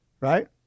Right